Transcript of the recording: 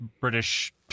British